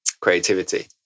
creativity